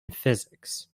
physics